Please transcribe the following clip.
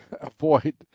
avoid